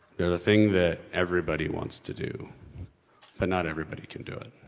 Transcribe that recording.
they're the thing that everybody wants to do but not everybody can do it.